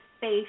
face